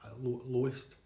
lowest